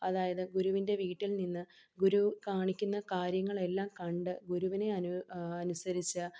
അതായത് ഗുരുവിൻ്റെ വീട്ടിൽ നിന്ന് ഗുരു കാണിക്കുന്ന കാര്യങ്ങളെല്ലാം കണ്ട് ഗുരുവിനെ അനുസരിച്ച് അനുസരിച്ച്